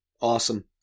Awesome